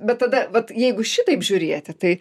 bet tada vat jeigu šitaip žiūrėti tai